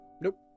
Nope